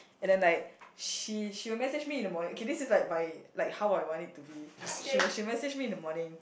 and then like she she will message me in the morning okay this is like my like how like I want it to be she will she will message me in the morning